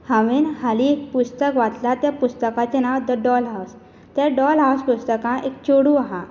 हांवें हालीं एक पुस्तक वाचलां ते पुस्तकाचें नांव द डॉल हावज त्या डॉल हावज पुस्तकांत एक चेडूं आहा